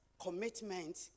commitment